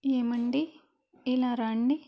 ఏమండి ఇలా రండి